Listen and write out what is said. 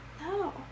No